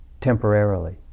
temporarily